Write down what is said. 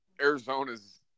arizona's